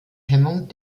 hemmung